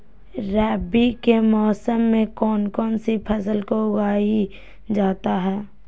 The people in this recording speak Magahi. रवि के मौसम में कौन कौन सी फसल को उगाई जाता है?